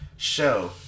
Show